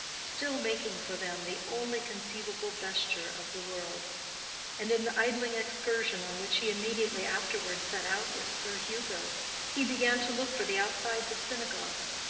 still making for them the only conceivable vesture of the world and in the idling excursion on which he immediately afterward set out with sir hugo he began to look for the outsides of synagogues,